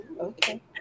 okay